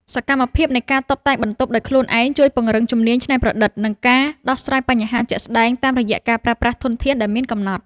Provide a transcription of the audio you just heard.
សកម្មភាពនៃការតុបតែងបន្ទប់ដោយខ្លួនឯងជួយពង្រឹងជំនាញច្នៃប្រឌិត និងការដោះស្រាយបញ្ហាជាក់ស្ដែងតាមរយៈការប្រើប្រាស់ធនធានដែលមានកំណត់។